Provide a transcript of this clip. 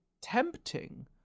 tempting